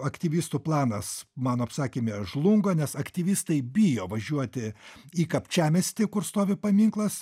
aktyvistų planas mano apsakyme žlunga nes aktyvistai bijo važiuoti į kapčiamiestį kur stovi paminklas